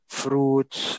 fruits